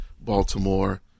Baltimore